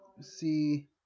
see